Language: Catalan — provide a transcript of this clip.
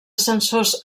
sensors